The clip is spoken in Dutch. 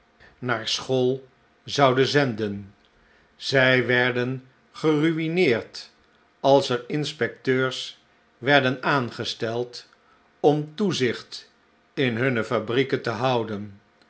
naar school zouden zenden zij werden geruineerd als er inspecteurs werden aangesteld om toezicht in hunne fabrieken te houden